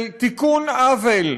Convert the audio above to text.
של תיקון עוול.